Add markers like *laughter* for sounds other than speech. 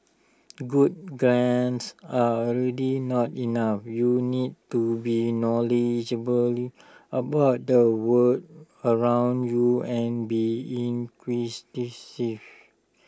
good grades are really not enough you need to be knowledgeably about the world around you and be *unintelligible*